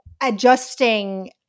adjusting